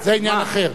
זה עניין אחר,